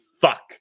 fuck